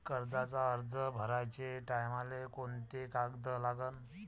कर्जाचा अर्ज भराचे टायमाले कोंते कागद लागन?